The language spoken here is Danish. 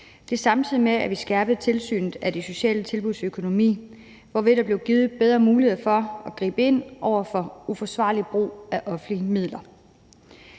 Samtidig skærpede vi tilsynet med de sociale tilbuds økonomi, hvorved der blev givet bedre muligheder for at gribe ind over for uforsvarlig brug af offentlige midler.